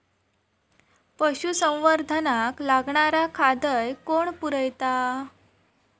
पशुसंवर्धनाक लागणारा खादय कोण पुरयता?